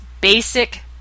basic